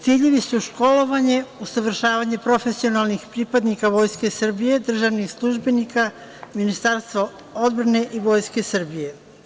Ciljevi su školovanje, usavršavanje profesionalnih pripadnika Vojske Srbije, državnih službenika, Ministarstva odbrane i Vojske Srbije.